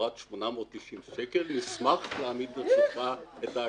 תמורת 890 שקלים נשמח להעמיד לרשותך את הקלטה.